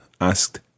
asked